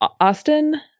Austin